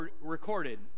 recorded